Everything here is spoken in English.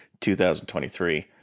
2023